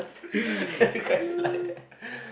any question like that